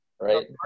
Right